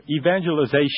evangelization